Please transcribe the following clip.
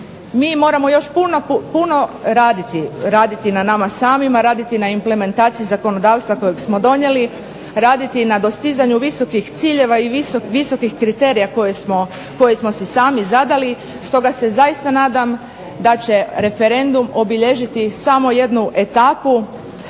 Mi moramo još puno raditi na nama samima, raditi na implementaciji zakonodavstva kojeg smo donijeli, raditi na dostizanju visokih ciljeva i visokih kriterija koje smo si sami zadali. Stoga se zaista nadam da će referendum obilježiti samo jednu etapu